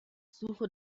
suche